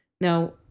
Now